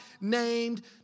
named